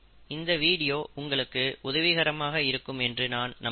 இந்திய வீடியோ உங்களுக்கு உதவிகரமாக இருக்கும் என்று நான் நம்புகிறேன்